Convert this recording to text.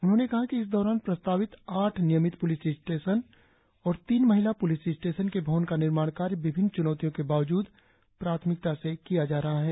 उन्होंने कहा कि इस दौरान प्रस्तावित आठ नियमित पुलिस स्टेशन और तीन महिला पुलिस स्टेशन के भवन का निर्माणकार्य विभिन्न चुनौतियों के बावजूद प्राथमिकता से किया जा रहा है